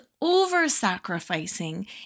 over-sacrificing